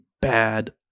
bad